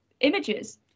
images